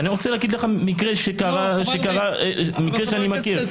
אני יכול לספר על מקרה שקרה, מקרה שאני מכיר.